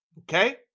Okay